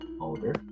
older